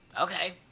Okay